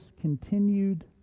continued